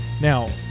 Now